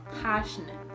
passionate